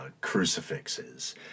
crucifixes